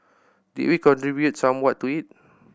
did we contribute somewhat to it